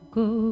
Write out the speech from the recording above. go